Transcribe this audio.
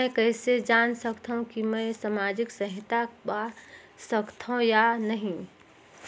मै कइसे जान सकथव कि मैं समाजिक सहायता पा सकथव या नहीं?